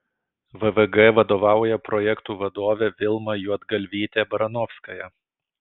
vvg vadovauja projektų vadovė vilma juodgalvytė baranovskaja